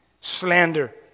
Slander